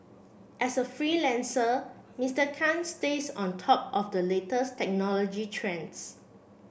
as a freelancer Mister Khan stays on top of the latest technology trends